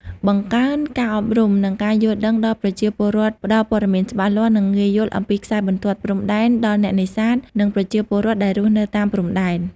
បង្កើនការអប់រំ និងការយល់ដឹងដល់ប្រជាពលរដ្ឋផ្តល់ព័ត៌មានច្បាស់លាស់ និងងាយយល់អំពីខ្សែបន្ទាត់ព្រំដែន ដល់អ្នកនេសាទ និងប្រជាពលរដ្ឋដែលរស់នៅតាមព្រំដែន។